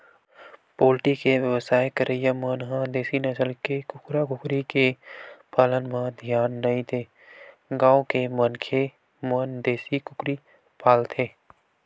poultry के बेवसाय करइया मन ह देसी नसल के कुकरा कुकरी के पालन म धियान नइ देय गांव के मनखे मन देसी कुकरी पालथे